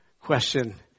question